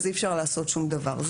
אז אי אפשר לעשות שום דבר.